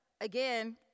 again